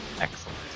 Excellent